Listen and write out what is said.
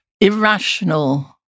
irrational